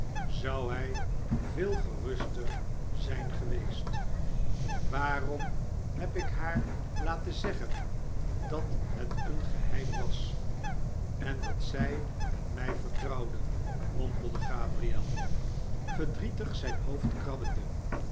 ou hij veel geruster zijn geweest waarom heb ik haar laten zeggen dat het een geheim was en dat zij het mij vertrouwde mompelde gabriel verdrietig zijn hoofd krabbende